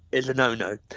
is a no no.